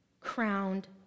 crowned